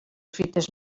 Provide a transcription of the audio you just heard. fites